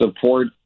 support